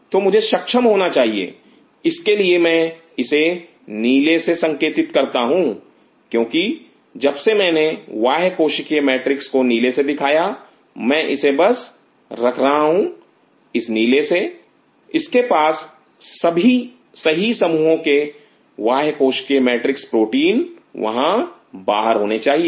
तो मुझे सक्षम होना चाहिए इसके लिए मैं इसे नीले से संकेतित करता हूं क्योंकि जब से मैंने बाह्य कोशिकीय मैट्रिक्स को नीले मैं दिखाया मैं इसे बस रख रहा हूं इसे नीले से इसके पास सही समूहों के बाह्य कोशिकीय मैट्रिक्स प्रोटीन वहां बाहर होने चाहिए